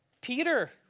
Peter